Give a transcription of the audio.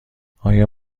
آیا